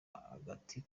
agati